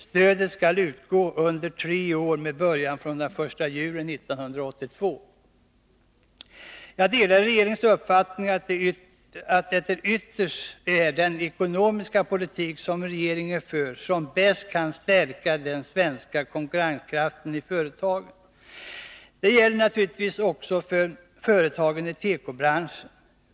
Stödet skall utgå under tre år med början den 1 juli 1982. Jag delar regeringens uppfattning att det ytterst är den ekonomiska politik som regeringen för som bäst kan stärka den svenska konkurrenskraften i företagen. Detta gäller naturligtvis också för företagen i tekobranschen.